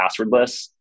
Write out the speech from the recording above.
passwordless